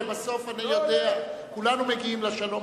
הרי כולנו מגיעים לשלום,